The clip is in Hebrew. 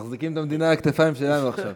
מחזיקים את המדינה על הכתפיים שלהם עכשיו.